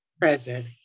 Present